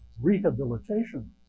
rehabilitation